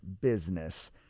business